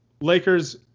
Lakers